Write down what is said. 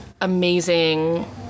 amazing